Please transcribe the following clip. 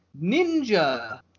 ninja